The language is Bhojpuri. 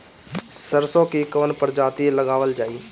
सरसो की कवन प्रजाति लगावल जाई?